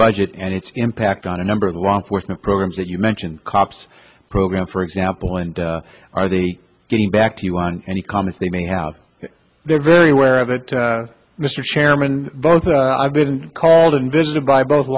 budget and its impact on a number of law enforcement programs that you mentioned cops program for example and are the getting back to you on any comments they may have they're very aware of it mr chairman both i've been called and visited by both